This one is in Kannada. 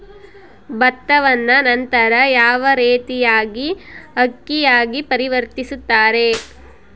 ಭತ್ತವನ್ನ ನಂತರ ಯಾವ ರೇತಿಯಾಗಿ ಅಕ್ಕಿಯಾಗಿ ಪರಿವರ್ತಿಸುತ್ತಾರೆ?